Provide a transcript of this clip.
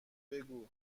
بگو